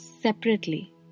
separately